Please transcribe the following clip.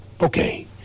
okay